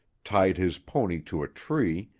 tied his pony to a tree,